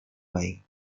baik